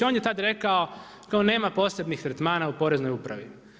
On je tada rekao kao nema posebnih tretmana u Poreznoj upravi.